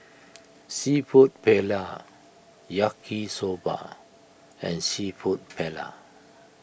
Seafood Paella Yaki Soba and Seafood Paella